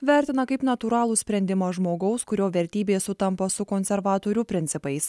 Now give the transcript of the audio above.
vertina kaip natūralų sprendimą žmogaus kurio vertybės sutampa su konservatorių principais